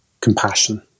compassion